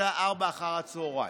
בשעה ארבע אחר הצוהריים".